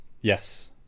Yes